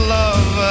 love